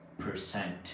Percent